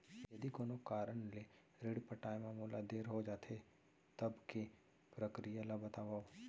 यदि कोनो कारन ले ऋण पटाय मा मोला देर हो जाथे, तब के प्रक्रिया ला बतावव